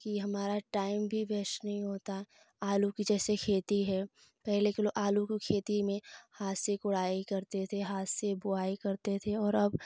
की हमारा टाइम भी वेश नहीं होता आलू की जैसे खेती है पहले के लोग आलू की खेती हाथ में से गोड़ाई करते थे हाथ से बोआई करते थे और